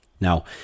Now